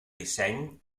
disseny